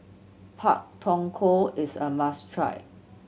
Pak Thong Ko is a must try